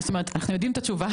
זאת אומרת אנחנו יודעים את התשובה,